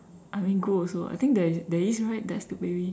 I mean good also I think there is there is right test tube baby